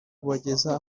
kubageza